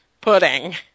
pudding